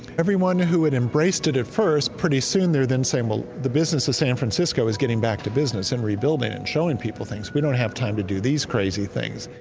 everyone who had embraced it at first, pretty soon they're then saying, well, the business of san francisco is getting back to business and rebuilding and showing people things. we don't have time to do these crazy things.